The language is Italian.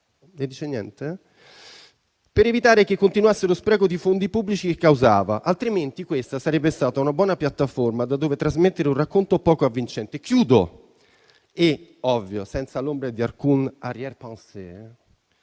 per evitare che continuasse lo spreco di fondi pubblici che causava, altrimenti questa sarebbe stata una buona piattaforma da dove trasmettere un racconto poco avvincente. Chiudo, senza l'ombra di alcun *arrière-pensée*,